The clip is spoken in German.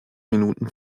minuten